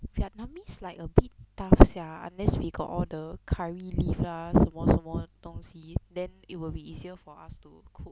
vietnamese like a bit tough sia unless we got all the curry leaf lah 什么什么东西 then it will be easier for us to cook